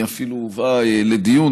היא אפילו הובאה לדיון,